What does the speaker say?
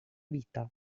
vita